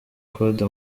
claude